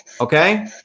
okay